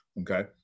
okay